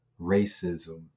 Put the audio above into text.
racism